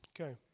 Okay